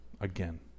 again